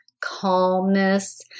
calmness